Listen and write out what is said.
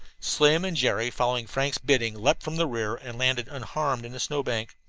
slim and jerry, following frank's bidding, leaped from the rear and landed unharmed in a snow-bank.